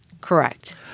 Correct